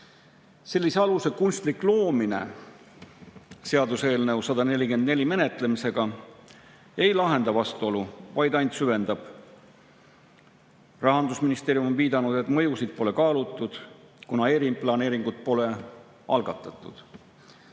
Sellise aluse kunstlik loomine seaduseelnõu 144 menetlemisega ei lahenda vastuolu, vaid ainult süvendab seda. Rahandusministeerium on viidanud, et mõjusid pole kaalutud, kuna eriplaneeringut pole algatatud.